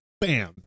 bam